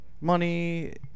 money